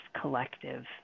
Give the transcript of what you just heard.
collective